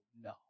no